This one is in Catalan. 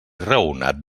raonat